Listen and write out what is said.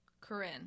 corinne